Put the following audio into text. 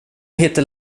heter